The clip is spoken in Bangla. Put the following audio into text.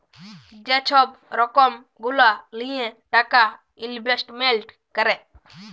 যে ছব রকম গুলা লিঁয়ে টাকা ইলভেস্টমেল্ট ক্যরে